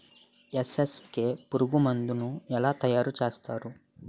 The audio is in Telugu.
ఎన్.ఎస్.కె పురుగు మందు ను ఎలా తయారు చేస్తారు?